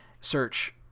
search